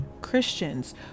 christians